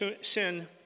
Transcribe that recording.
sin